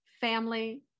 family